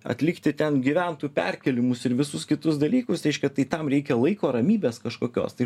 atlikti ten gyventojų perkėlimus ir visus kitus dalykus reiškia tai tam reikia laiko ramybės kažkokios tai